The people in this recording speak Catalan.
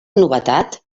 novetat